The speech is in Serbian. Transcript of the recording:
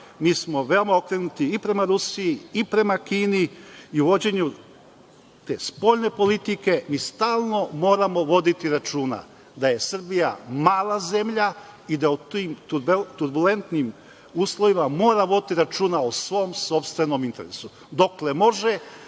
mi smo veoma okrenuti i prema Rusiji, prema Kini i vođenju te spoljne politike i stalno moramo voditi računa da je Srbija mala zemlja i da u tim turbulentnim uslovima mora voditi računa o svom sopstvenom interesu, dokle može